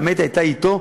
והאמת הייתה אתו,